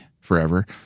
forever